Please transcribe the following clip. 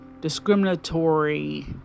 discriminatory